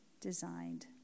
designed